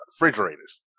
refrigerators